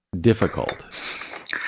difficult